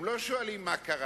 הם לא שואלים מה קרה,